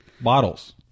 Bottles